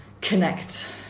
connect